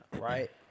Right